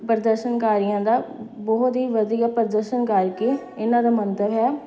ਪ੍ਰਦਰਸ਼ਨਕਾਰੀਆਂ ਦਾ ਬਹੁਤ ਹੀ ਵਧੀਆ ਪ੍ਰਦਰਸ਼ਨ ਕਰਕੇ ਇਹਨਾਂ ਦਾ ਮੰਤਵ ਹੈ